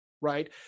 right